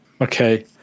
okay